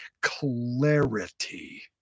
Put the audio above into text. clarity